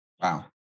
Wow